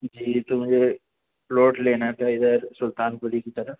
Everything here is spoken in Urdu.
جی تو مجھے پلاٹ لینا تھا ادھر سلطان پوری کی طرف